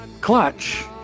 clutch